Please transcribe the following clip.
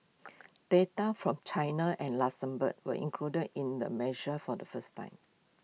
data from China and Luxembourg were included in the measure for the first time